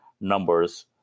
numbers